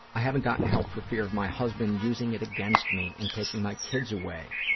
i haven't gotten help for fear of my husband using it against me and taking my kids away,